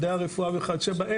מדעי הרפואה וכיו"ב,